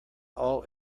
all